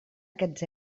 aquests